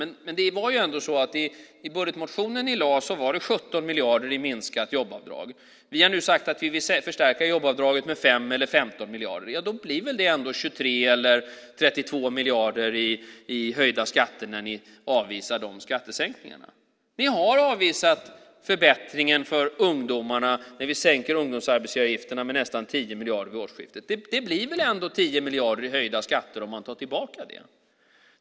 Men det var ju ändå så att i budgetmotionen ni väckte var det 17 miljoner i minskat jobbavdrag. Vi har nu sagt att vi vill förstärka jobbavdraget med 5 eller 15 miljarder. Då blir väl det ändå 23 eller 32 miljarder i höjda skatter när ni avvisar de skattesänkningarna? Ni har avvisat förbättringen för ungdomarna när vi sänker ungdomsarbetsgivaravgifterna med nästan 10 miljarder vid årsskiftet. Det blir väl ändå 10 miljarder i höjda skatter om man tar tillbaka det?